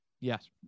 Yes